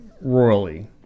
royally